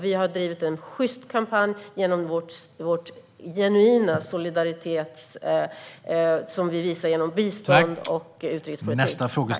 Vi har drivit en sjyst kampanj, vilket vi har visat med vår genuina solidaritet i frågor om bistånd och utrikespolitik.